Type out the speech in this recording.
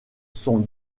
sont